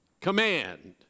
Command